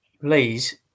please